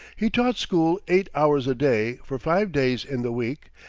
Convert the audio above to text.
he taught school eight hours a day for five days in the week,